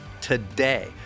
today